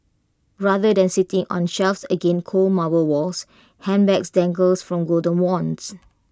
rather than sitting on shelves against cold marble walls handbags dangles from golden wands